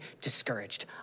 discouraged